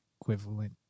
equivalent